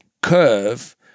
curve